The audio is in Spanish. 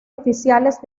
oficiales